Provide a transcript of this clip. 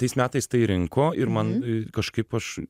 tais metais tai rinko ir man kažkaip aš